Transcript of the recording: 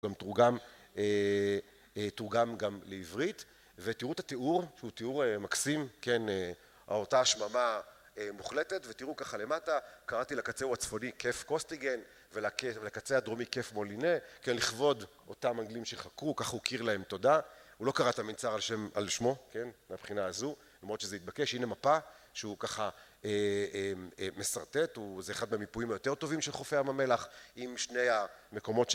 תורגם גם לעברית, ותראו את התיאור שהוא תיאור מקסים, כן, אותה שממה מוחלטת, ותראו ככה למטה, קראתי לקצהו הצפוני כיף קוסטיגן, ולקצה הדרומי כיף מולינא, כן, לכבוד אותם אנגלים שחקרו, כך הוא הכיר להם תודה, הוא לא קרא את המיצר על שמו, כן, מהבחינה הזו, למרות שזה התבקש. הנה מפה שהוא ככה משרטט, זה אחד המיפויים היותר טובים של חופי ים המלח עם שני המקומות ש...